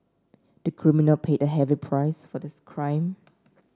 the criminal paid a heavy price for this crime